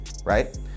right